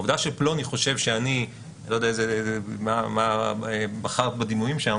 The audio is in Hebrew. העובדה שפלוני חושב שאני כך וכך אני לא יודע מה בחרת בדימויים שם